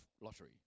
lottery